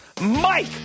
Mike